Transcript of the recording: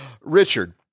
Richard